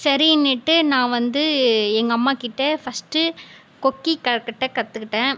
சரின்னுட்டு நான் வந்து எங்கள் அம்மா கிட்ட ஃபர்ஸ்ட் கொக்கி கட்ட கற்றுக்கிட்டேன்